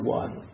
one